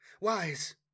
wise